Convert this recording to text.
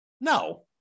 no